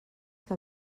que